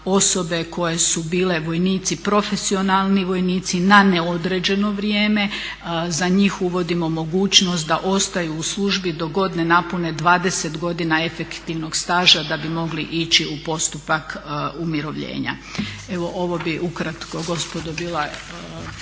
osobe koje su bile vojnici, profesionalni vojnici na neodređeno vrijeme za njih uvodimo mogućnost da ostaju u službi dok god ne napune 20 godina efektivnog staža da bi mogli ići u postupak umirovljenja. Evo ovo bi ukratko gospodo bila